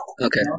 Okay